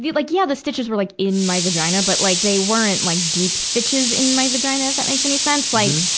like yeah the stitches were like in my vagina. but like they weren't like deep stitches in my vagina, if that makes any sense. like,